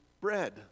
bread